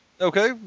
Okay